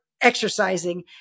exercising